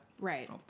right